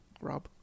Rob